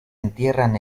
entierran